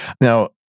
Now